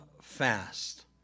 fast